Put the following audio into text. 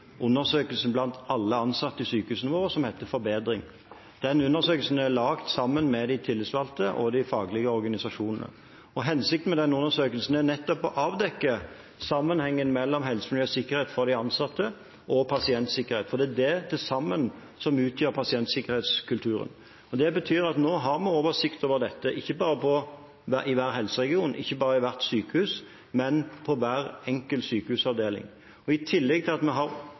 blant alle ansatte i sykehusene våre som heter ForBedring. Denne undersøkelsen er laget sammen med de tillitsvalgte og de faglige organisasjonene. Hensikten med denne undersøkelsen er nettopp å avdekke sammenhengen mellom helse, miljø og sikkerhet for de ansatte og pasientsikkerhet, for det er det til sammen som utgjør pasientsikkerhetskulturen. Det betyr at vi nå har oversikt over dette ikke bare i hver helseregion, ikke bare i hvert sykehus, men på hver enkelt sykehusavdeling. I tillegg til at vi nå har